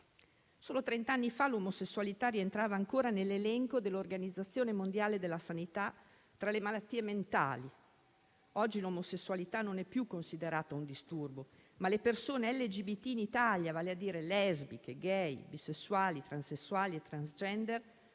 Solo trent'anni fa l'omosessualità rientrava ancora nell'elenco dell'Organizzazione mondiale della sanità tra le malattie mentali. Oggi l'omosessualità non è più considerata un disturbo, ma le persone LGBT in Italia, vale a dire lesbiche, gay, bisessuali, transessuali e *transgender*,